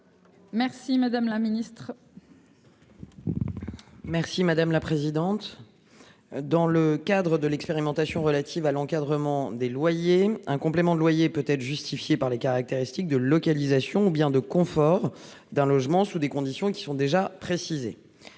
Quel est l'avis du Gouvernement ? Dans le cadre de l'expérimentation relative à l'encadrement des loyers, un complément de loyer peut être justifié par les caractéristiques de localisation ou bien de confort d'un logement, dans des conditions qui sont déjà précisées.